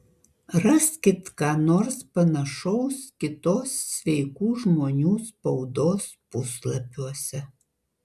raskit ką nors panašaus kitos sveikų žmonių spaudos puslapiuose